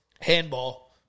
Handball